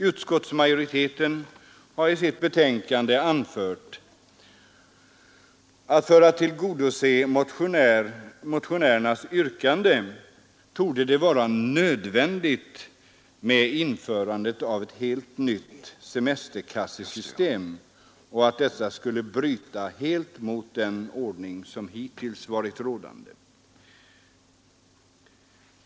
Utskottsmajoriteten har i sitt betänkande anfört att det för att tillgodose motionärernas yrkande torde vara nödvändigt att införa ett helt nytt semesterkassesystem, ”något som helt skulle bryta mot den ordning som hittills varit rådande”.